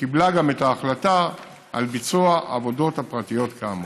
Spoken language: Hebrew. שקיבלה גם את ההחלטה על ביצוע העבודות הפרטיות כאמור.